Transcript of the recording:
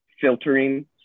filtering